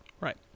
Right